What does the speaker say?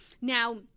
now